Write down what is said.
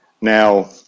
now